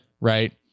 right